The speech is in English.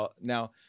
Now